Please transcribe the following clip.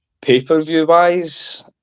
pay-per-view-wise